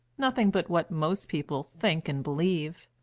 nothing but what most people think and believe.